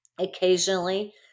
occasionally